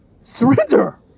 Surrender